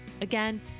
Again